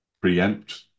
preempt